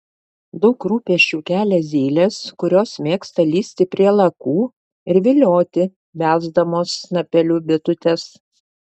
daug rūpesčių kelia zylės kurios mėgsta lįsti prie lakų ir vilioti belsdamos snapeliu bitutes